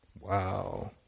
Wow